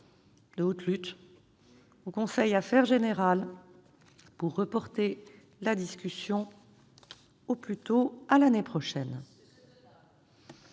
... Oui !... au conseil Affaires générales pour reporter la discussion au plus tôt à l'année prochaine.